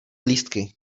lístky